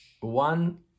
one